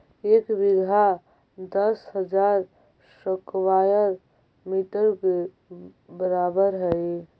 एक बीघा दस हजार स्क्वायर मीटर के बराबर हई